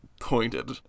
pointed